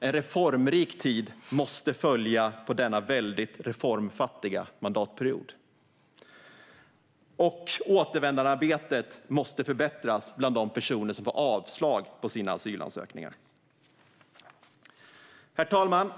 En reformrik tid måste följa på denna väldigt reformfattiga mandatperiod. Återvändandearbetet måste förbättras bland de personer som får avslag på sina asylansökningar. Herr talman!